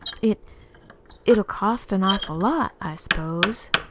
it it'll cost an awful lot, i s'pose.